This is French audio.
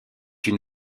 une